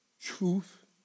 Truth